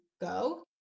go